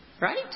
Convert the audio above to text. Right